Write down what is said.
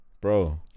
Bro